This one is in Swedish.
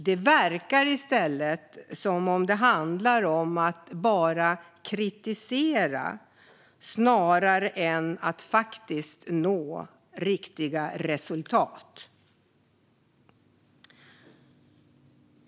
Det verkar i stället som om det bara handlar om att kritisera snarare än att faktiskt nå riktiga resultat.